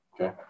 Okay